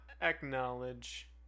acknowledge